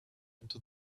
into